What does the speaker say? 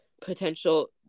potential